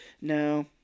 No